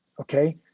okay